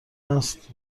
است